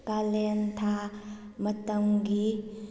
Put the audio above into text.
ꯀꯥꯂꯦꯟꯊꯥ ꯃꯇꯝꯒꯤ